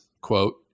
quote